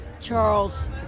Charles